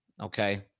okay